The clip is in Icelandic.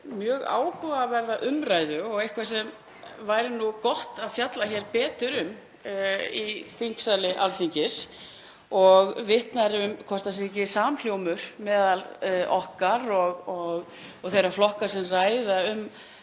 mjög áhugaverða umræðu, eitthvað sem væri gott að fjalla betur um í þingsal Alþingis. Hann spyr hvort ekki sé samhljómur meðal okkar og þeirra flokka sem ræða um